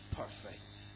perfect